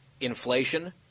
inflation